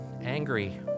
angry